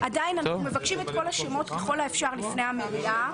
עדיין אנחנו מבקשים את כל השמות ככל האפשר לפני המליאה.